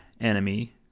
enemy